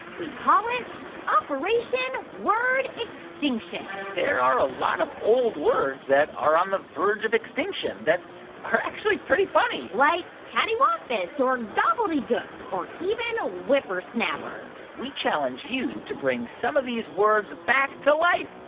we call it operation word extinction there are a lot of old words that are on the verge of extinction that are actually pretty funny like catawampus or gobbledygook or even whippersnapper we challenge you to bring some of these words back to life.